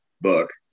book